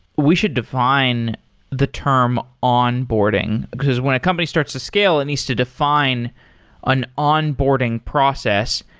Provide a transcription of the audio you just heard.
we should define the term onboarding, because when a company starts to scale, it needs to define an onboarding process.